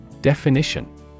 Definition